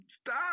stop